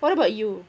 what about you